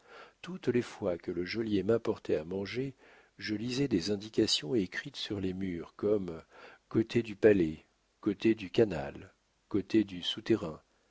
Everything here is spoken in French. toutes les fois que le geôlier m'apportait à manger je lisais des indications écrites sur les murs comme côté du palais côté du canal côté du souterrain